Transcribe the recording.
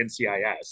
NCIS